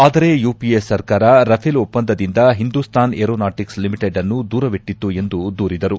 ಆದರೆ ಯುಪಿಎ ಸರ್ಕಾರ ರಫೇಲ್ ಒಪ್ಪಂದದಿಂದ ಒಂದುಸ್ತಾನ್ ಏರೋನಾಟಿಕ್ಸ್ ಲಿಮಿಟೆಡ್ನ್ನು ದೂರವಿಟ್ಟಿತ್ತು ಎಂದು ದೂರಿದರು